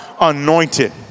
anointed